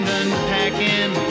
unpacking